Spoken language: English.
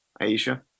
Aisha